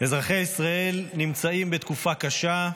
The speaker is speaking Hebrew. אזרחי ישראל נמצאים בתקופה קשה.